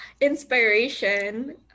inspiration